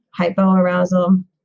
hypoarousal